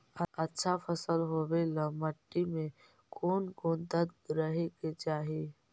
अच्छा फसल होबे ल मट्टी में कोन कोन तत्त्व रहे के चाही?